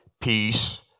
peace